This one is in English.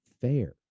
fair